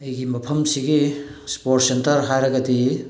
ꯑꯩꯒꯤ ꯃꯐꯝꯁꯤꯒꯤ ꯏꯁꯄꯣꯔ ꯁꯦꯟꯇꯔ ꯍꯥꯏꯔꯒꯗꯤ